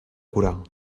coral